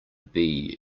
bee